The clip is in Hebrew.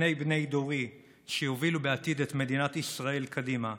ובפני בני דורי שיובילו בעתיד את מדינת ישראל קדימה.